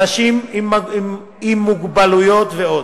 על אנשים עם מוגבלות ועוד.